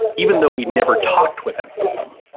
even though we never talked with any of them.